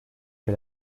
que